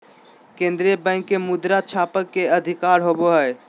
केन्द्रीय बैंक के मुद्रा छापय के अधिकार होवो हइ